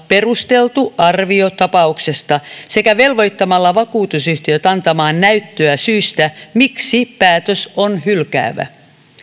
perusteltu arvio tapauksesta sekä velvoittamalla vakuutusyhtiöt antamaan näyttöä syistä miksi päätös on hylkäävä